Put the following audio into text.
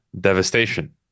devastation